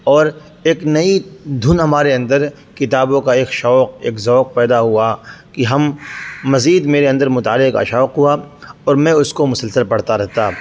اور ایک نئی دھن ہمارے اندر کتابوں کا ایک شوق ایک ذوق پیدا ہوا کہ ہم مزید میرے اندر مطالعے کا شوق ہوا اور میں اس کو مسلسل بڑھتا رہتا